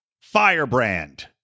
Firebrand